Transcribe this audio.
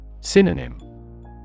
Synonym